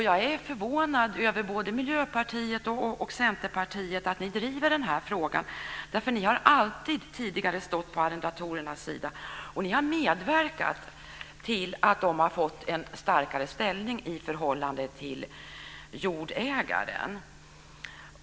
Jag är förvånad över att Miljöpartiet och Centerpartiet driver den här frågan. Ni har alltid tidigare stått på arrendatorernas sida. Ni har medverkat till att de har fått en starkare ställning i förhållande till jordägaren.